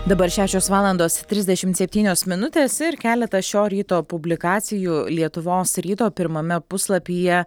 dabar šešios valandos trisdešimt septynios minutės ir keletą šio ryto publikacijų lietuvos ryto pirmame puslapyje